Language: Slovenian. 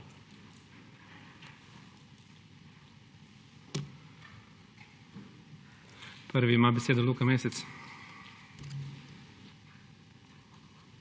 Prvi ima besedo Luka Mesec.